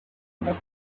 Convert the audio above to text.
the